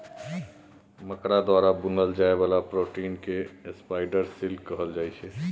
मकरा द्वारा बुनल जाइ बला प्रोटीन केँ स्पाइडर सिल्क कहल जाइ छै